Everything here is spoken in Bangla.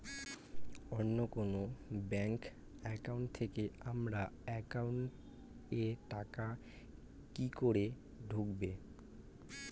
অন্য কোনো ব্যাংক একাউন্ট থেকে আমার একাউন্ট এ টাকা কি করে ঢুকবে?